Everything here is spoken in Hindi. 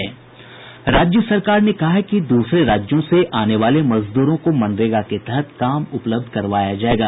राज्य सरकार ने कहा है कि दूसरे राज्यों से आने वाले मजदूरों को मनरेगा के तहत काम उपलब्ध करवाया जायेगा